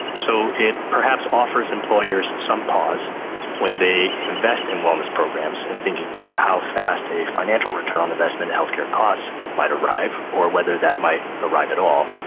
so it perhaps offers employers some pause when they invest in wellness programs in thinking about how fast a financial return on investment and healthcare costs might arrive or whether that might arrive at all,